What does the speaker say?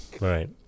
right